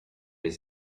det